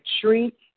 treat